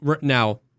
now